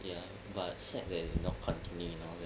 ya but sad that not continue and all that